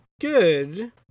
good